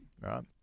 right